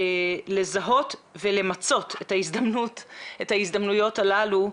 לזהות ולמצות את ההזדמנויות הללו.